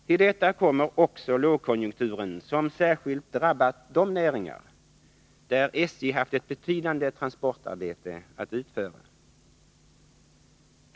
Till detta kommer också lågkonjunkturen, som särskilt drabbat de näringar där SJ haft ett betydande transportarbete att utföra.